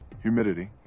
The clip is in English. humidity